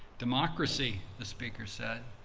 democracy, the speaker said,